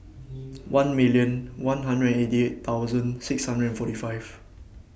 one million one hundred eighty eight thousand six hundred and forty five